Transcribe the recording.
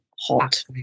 hot